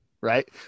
right